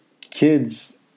kids